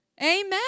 Amen